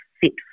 fit